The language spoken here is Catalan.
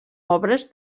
obres